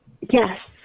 Yes